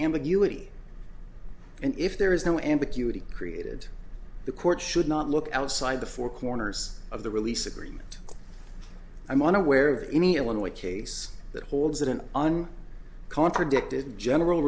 ambiguity and if there is no ambiguity created the court should not look outside the four corners of the release agreement i'm unaware of any illinois case that holds that an on contradicted general